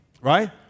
Right